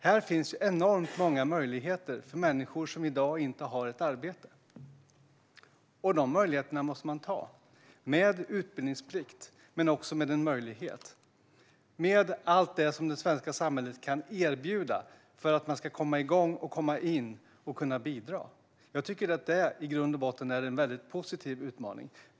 Här finns enormt många möjligheter för människor som i dag inte har ett arbete, och de möjligheterna måste de ta - med utbildningsplikt men också med allt det som det svenska samhället kan erbjuda för att de ska komma igång och komma in och kunna bidra. Jag tycker att det i grund och botten är en positiv utmaning.